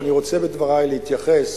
ואני רוצה בדברי להתייחס